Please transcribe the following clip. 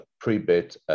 pre-bit